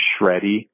shreddy